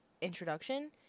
introduction